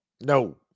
No